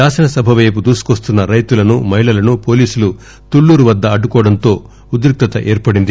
శాసనసభ వైపు దూసుకోస్తున్న రైతులను మహిళలను పొలీసులు తుళ్చూరు వద్ద అడ్డుకోవడంతో ఉద్రిక్తత ఏర్పడింది